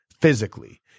physically